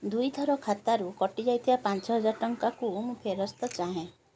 ଦୁଇଥର ଖାତାରୁ କଟିଯାଇଥିବା ପାଞ୍ଚହଜାର ଟଙ୍କାକୁ ମୁଁ ଫେରସ୍ତ ଚାହେଁ